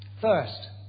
First